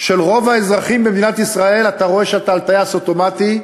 של רוב האזרחים במדינת ישראל אתה רואה שאתה על טייס אוטומטי.